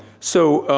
so